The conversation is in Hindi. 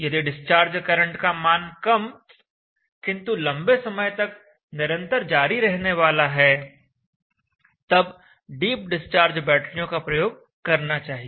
यदि डिस्चार्ज करंट का मान कम किंतु लंबे समय तक निरंतर जारी रहने वाला है तब डीप डिस्चार्ज बैटरियों का प्रयोग करना चाहिए